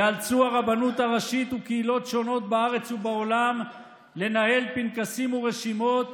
ייאלצו הרבנות הראשית וקהילות שונות בארץ ובעולם לנהל פנקסים ורשימות